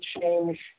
change